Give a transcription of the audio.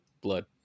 blood